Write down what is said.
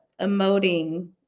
emoting